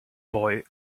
boy